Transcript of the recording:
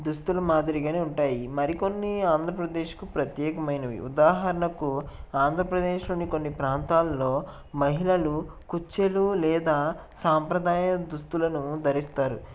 దుస్తుల మాదిరిగా ఉంటాయి మరి కొన్ని ఆంధ్రప్రదేశ్కు ప్రత్యేకమైనవి ఉదాహరణకు ఆంధ్రప్రదేశ్లోని కొన్ని ప్రాంతాలలో మహిళలు కుచ్చెలు లేదా సాంప్రదాయ దుస్తులను ధరిస్తారు